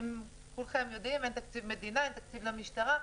כולכם יודעים, אין תקציב מדינה, אין תקציב למשטרה.